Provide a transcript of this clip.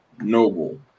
noble